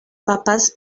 papas